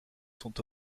sont